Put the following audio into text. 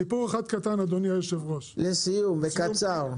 סיפור אחד קטן אדוני היושב ראש --- לסיום וקצר.